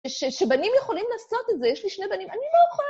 שבנים יכולים לעשות את זה. יש לי שני בנים. אני לא יכולה...